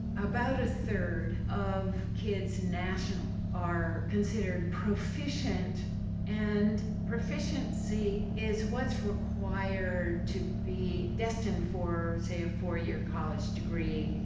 about a third of kids nationally are considered proficient and proficiency is what's required to be destined for say a four-year college degree.